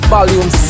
Volume